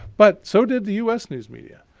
but so did the u s. news media.